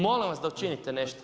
Molim vas da učinite nešto.